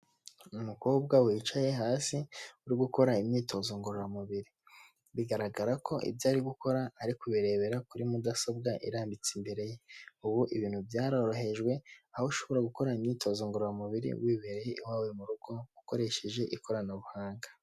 Umukobwa wicaye hasi uri gukora imyitozo ngororamubiri bigaragara ko ibyo ari gukora ari kubirebera kuri mudasobwa irambitse imbere ye, ubu ibintu byarorohejwe aho ushobora gukora imyitozo ngororamubiri wibereye iwawe mu rugo ukoresheje ikoranabuhanga.